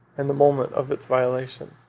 and the moment of its violation.